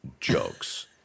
jokes